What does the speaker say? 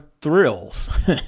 thrills